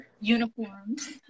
uniforms